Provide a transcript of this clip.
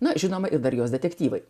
na žinoma ir dar jos detektyvai